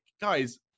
guys